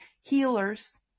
healers